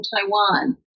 Taiwan